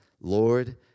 Lord